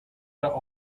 der